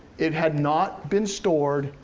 it had not been stored,